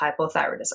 hypothyroidism